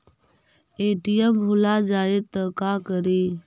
ATM भुला जाये त का करि?